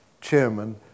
chairman